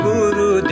Guru